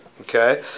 Okay